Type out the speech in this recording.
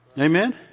Amen